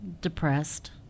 depressed